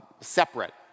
separate